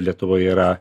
lietuvoj yra